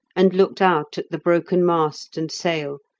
and looked out at the broken mast and sail,